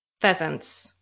pheasants